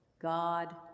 god